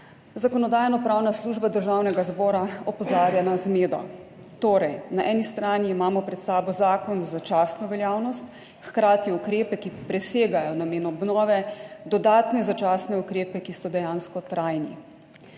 Zakonodajno-pravna služba Državnega zbora opozarja na zmedo. Torej, na eni strani imamo pred sabo zakon z začasno veljavnostjo, hkrati ukrepe, ki presegajo namen obnove, dodatne začasne ukrepe, ki so dejansko trajni.